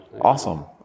Awesome